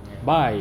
ya